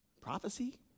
Prophecy